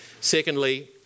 Secondly